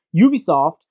Ubisoft